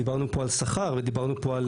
דיברנו פה על שכר ודיברנו פה על